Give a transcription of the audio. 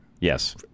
Yes